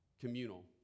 communal